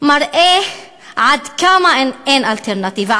מראה עד כמה אין אלטרנטיבה,